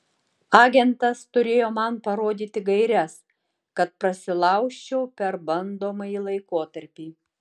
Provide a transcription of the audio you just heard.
agentas turėjo man parodyti gaires kad prasilaužčiau per bandomąjį laikotarpį